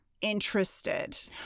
interested